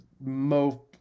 mo